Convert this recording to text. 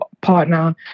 partner